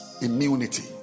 Immunity